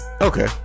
Okay